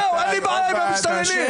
אין לי בעיה עם המסתננים.